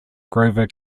grover